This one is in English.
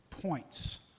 points